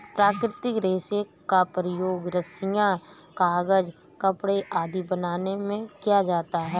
प्राकृतिक रेशों का प्रयोग रस्सियॉँ, कागज़, कपड़े आदि बनाने में किया जाता है